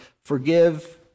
forgive